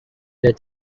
their